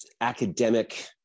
academic